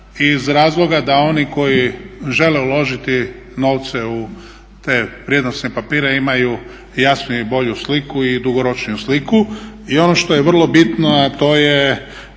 iz razloga da oni koji žele uložiti novce u te vrijednosne papire imaju jasniju i bolju sliku i dugoročniju sliku. Ono što je vrlo bitno, a to je